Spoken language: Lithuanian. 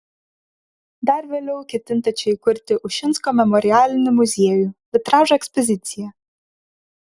dar vėliau ketinta čia įkurti ušinsko memorialinį muziejų vitražo ekspoziciją